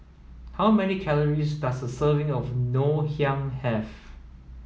how many calories does a serving of Ngoh Hiang Have